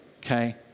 Okay